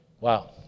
Wow